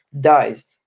dies